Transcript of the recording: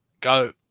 go